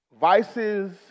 Vices